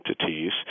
entities